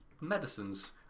medicines